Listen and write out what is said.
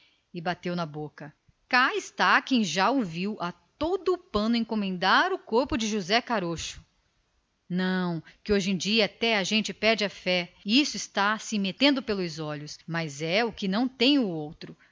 carmo bateu na boca cá está acrescentou quem já o viu a todo o pano encomendar o corpo de josé caroxo não que hojem dia a gente perde a fé isso está se metendo pelos olhos mas é o que já não tem o outro